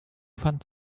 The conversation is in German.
pfand